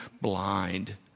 blind